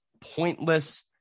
pointless